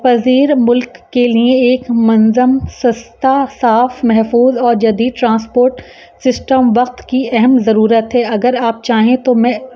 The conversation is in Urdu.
پذیر ملک کے لیے ایک منظم سستا صاف محفوظ اور جدید ٹرانسپورٹ سسٹم وقت کی اہم ضرورت ہے اگر آپ چاہیں تو میں